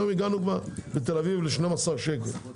היום הגענו בתל אביב ל-12 שקל.